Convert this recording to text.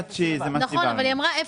התש"ם 1980"; אני אעיר,